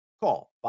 Call